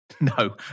No